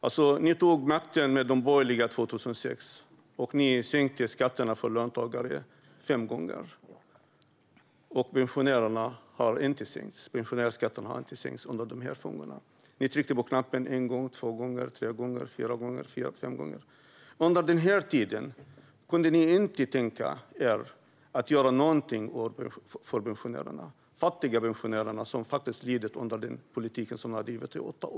Ni borgerliga tog makten 2006 och sänkte skatterna för löntagare fem gånger. Men pensionärsskatten sänkte ni inte. Ni tryckte på knappen en gång, två gånger, tre gånger, fyra gånger, fem gånger. Under den här tiden kunde ni inte tänka er att göra någonting för pensionärerna. De fattiga pensionärerna har lidit under den politik som ni drev i åtta år.